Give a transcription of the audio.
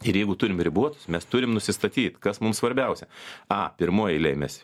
ir jeigu turim ribotus mes turim nusistatyt kas mums svarbiausia a pirmoj eilėj mes